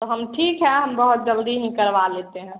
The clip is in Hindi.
तो हम ठीक है हम बहुत जल्दी निकलवा लेते हैं